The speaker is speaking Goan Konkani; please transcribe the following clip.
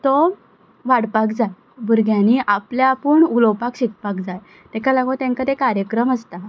तो वाडपाक जाय भुरग्यांनी आपले आपूण उलोपाक शिकपाक जाय ताका लागून तांकां तें कार्यक्रम आसता